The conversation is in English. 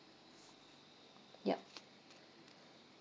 yup